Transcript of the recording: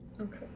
Okay